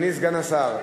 אדוני סגן השר,